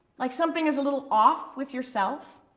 like something is a little off with yourself?